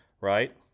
right